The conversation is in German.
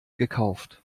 gekauft